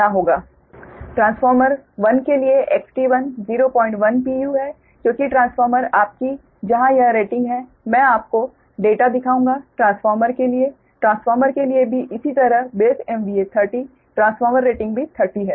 transformer 1 के लिए XT1 010 pu है क्योंकि ट्रांसफार्मर आपकी जहां यह रेटिंग है मैं आपको डेटा दिखाऊंगा ट्रांसफार्मर के लिए ट्रांसफार्मर के लिए भी इसी तरह बेस MVA 30 ट्रांसफार्मर रेटिंग भी 30 है